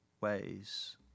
ways